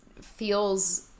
feels